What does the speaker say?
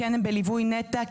כן הם בליווי נת"ע,